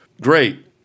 great